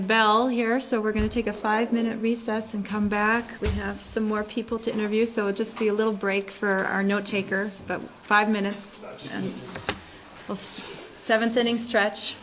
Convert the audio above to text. a bell here so we're going to take a five minute recess and come back we have some more people to interview so i'll just be a little break for our no taker but five minutes and a seventh inning stretch